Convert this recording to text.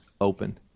open